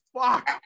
fuck